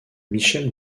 michel